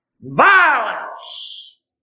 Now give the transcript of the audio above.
Violence